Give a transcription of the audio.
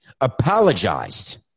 apologized